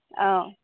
অঁ